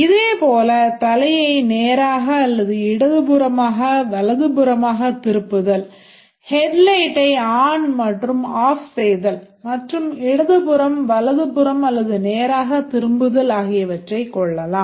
இதேபோல் தலையை நேராக அல்லது இடதுபுறமாக வலதுபுறமாக திருப்புதல் ஹெட் லைட்டை ஆன் மற்றும் ஆஃப் செய்தல் மற்றும் இடதுபுறம் வலதுபுறம் அல்லது நேராக திரும்புதல் ஆகிவற்றைக் கொள்ளலாம்